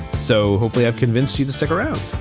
so hopefully i've convinced you to stick around